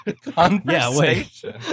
conversation